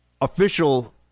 official